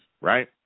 right